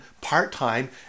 part-time